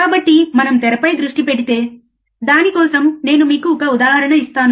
కాబట్టి మనం తెరపై దృష్టి పెడితే దాని కోసం నేను మీకు ఒక ఉదాహరణ ఇస్తాను